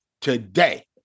today